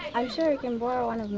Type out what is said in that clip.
i'm sure you can borrow